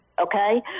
Okay